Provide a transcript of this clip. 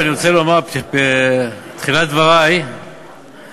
אני רוצה לומר בתחילת דברי שחוק